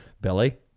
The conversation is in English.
Billy